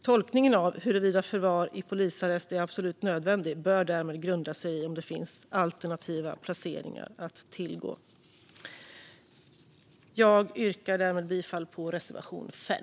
Tolkningen av huruvida förvar i polisarrest är absolut nödvändigt bör därmed grunda sig i om det finns alternativa placeringar att tillgå. Jag yrkar bifall till reservation 5.